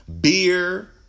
beer